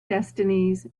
destinies